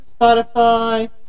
Spotify